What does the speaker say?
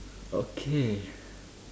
okay